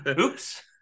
Oops